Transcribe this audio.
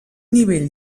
nivell